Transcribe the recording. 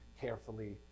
carefully